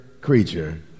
creature